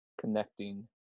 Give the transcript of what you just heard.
connecting